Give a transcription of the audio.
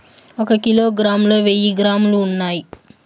ఒక కిలోగ్రామ్ లో వెయ్యి గ్రాములు ఉన్నాయి